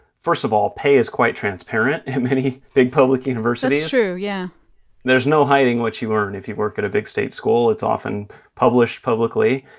first of all, pay is quite transparent at many big public universities that's true, yeah there's no hiding what you earn. if you work at a big state school, it's often published publicly.